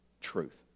truth